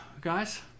Guys